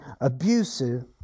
abusive